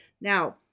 Now